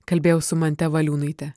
kalbėjau su mante valiūnaite